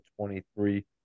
23